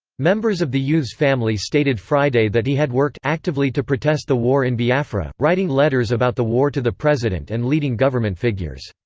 members of the youth's family stated friday that he had worked' actively to protest the war in biafra, writing writing letters about the war to the president and leading government figures.